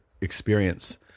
experience